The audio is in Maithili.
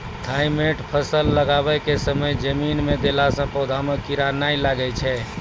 थाईमैट फ़सल लगाबै के समय जमीन मे देला से पौधा मे कीड़ा नैय लागै छै?